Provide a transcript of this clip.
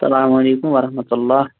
سلامُ علیکُم ورحمتہ اللہ